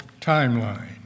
timeline